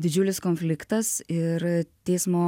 didžiulis konfliktas ir teismo